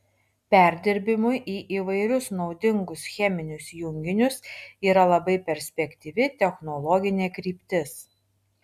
perdirbimui į įvairius naudingus cheminius junginius yra labai perspektyvi technologinė kryptis